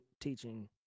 teaching